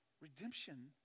Redemption